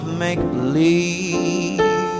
make-believe